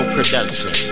Production